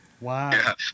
Wow